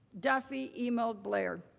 duffey emailed blair